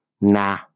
nah